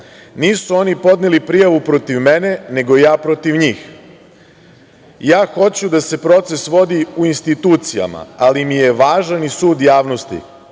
Nisu oni podneli prijavu protiv mene, nego ja protiv njih. Ja hoću da se proces vodi u institucijama, ali mi je važan i sud javnosti,